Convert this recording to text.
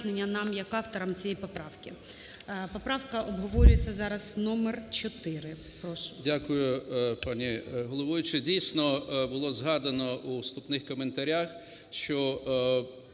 Дякую, пані головуюча. Дійсно, було згадано у вступних коментарях, що